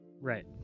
right